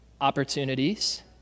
opportunities